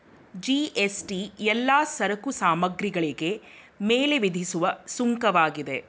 GST ಎಲ್ಲಾ ಸರಕು ಸಾಮಗ್ರಿಗಳಿಗೆ ಮೇಲೆ ವಿಧಿಸುವ ಸುಂಕವಾಗಿದೆ